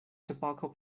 tobacco